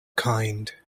kind